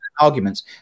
arguments